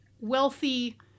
wealthy